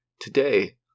Today